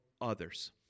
others